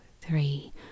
three